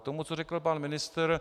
K tomu, co řekl pan ministr.